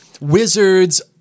wizards